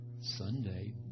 Sunday